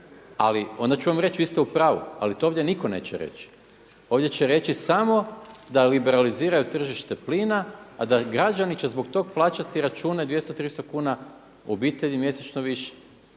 Ali onda ću vam reći vi ste u pravu ali to ovdje nitko neće reći. Ovdje će reći da liberaliziraju tržište plina a da građani će zbog toga plaćati račune 200, 300 kuna u obitelji mjesečno više.